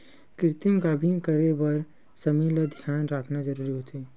कृतिम गाभिन करे बर समे ल धियान राखना जरूरी होथे